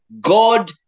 God